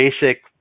basic